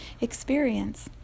experience